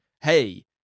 hey